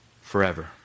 Forever